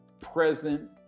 present